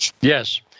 Yes